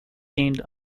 gained